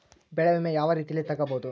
ಬೆಳೆ ವಿಮೆ ಯಾವ ರೇತಿಯಲ್ಲಿ ತಗಬಹುದು?